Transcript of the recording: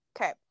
Okay